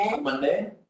Monday